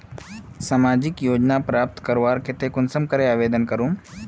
सामाजिक योजना प्राप्त करवार केते कुंसम करे आवेदन करूम?